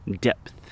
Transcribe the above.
depth